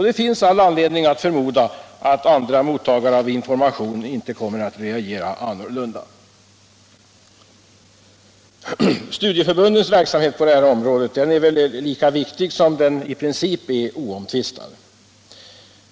Det finns all anledning att förmoda att andra mottagare av information inte kommer att reagera på annat sätt. Studieförbundens verksamhet på det här området är väl lika viktig som den i princip är oomtvistad.